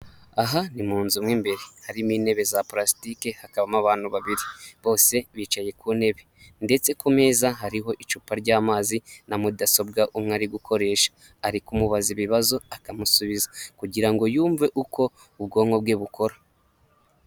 Aha ni mu nzu mo imbere, harimo intebe za parasitike, hakabamo abantu babiri bose bicaye ku ntebe ndetse ku meza hariho icupa ry'amazi na mudasobwa umwe ari gukoresha, ari kumubaza ibibazo akamusubiza kugira ngo yumve uko ubwonko bwe bukora.